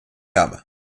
wärme